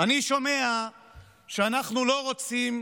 אני שומע שאנחנו לא רוצים,